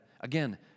again